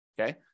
okay